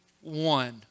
one